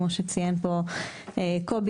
כמו שציין פה קובי,